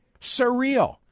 Surreal